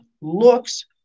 looks